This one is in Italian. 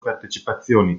partecipazioni